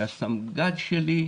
הוא היה סמג"ד שלי,